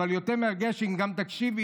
אבל יותר מרגש אם גם תקשיבי,